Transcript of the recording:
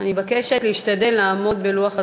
אני מבקשת להשתדל לעמוד בלוח הזמנים.